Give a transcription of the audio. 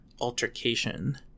altercation